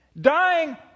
dying